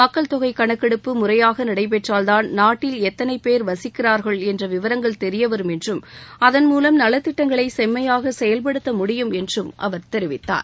மக்கள்தொகை கணக்கெடுப்பு முறையாக நடைபெற்றால்தான் நாட்டில் எத்தனை பேர் வசிக்கிறா்கள் என்ற விவரங்கள் தெரியவரும் என்றும் அதன்மூலம் நலத்திட்டங்களை செம்மையாக செயல்படுத்த முடியும் என்றும் அவர் தெரிவித்தார்